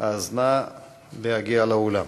אז נא להגיע לאולם.